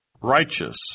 Righteous